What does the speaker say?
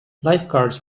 lifeguards